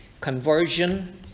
conversion